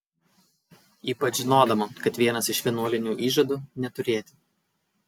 ypač žinodama kad vienas iš vienuolinių įžadų neturėti